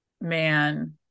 Man